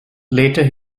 later